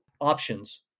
options